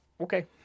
okay